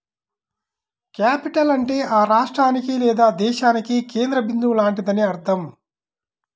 capital అంటే ఆ రాష్ట్రానికి లేదా దేశానికి కేంద్ర బిందువు లాంటిదని అర్థం